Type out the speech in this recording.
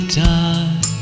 time